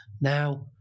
Now